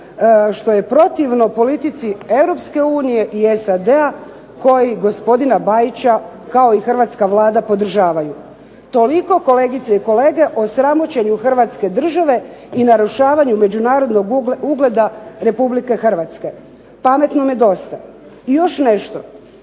što je protivno politici Europske unije i SAD-a koji gospodina Bajića kao i hrvatska Vlada podržavaju. Toliko kolegice i kolege o sramoćenju Hrvatske države i narušavanju međunarodnog ugleda Republike Hrvatske. Pametnom je dosta. I još nešto.